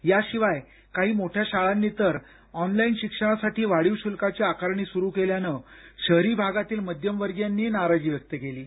याशिवाय काही मोठ्या शाळांनी तर ऑनलाईन शिक्षणासाठी वाढीव शुल्काची आकारणी सुरु केल्यानं शहरी भागातील मध्यमवर्गीयांनीही नाराजी व्यक्त केली आहे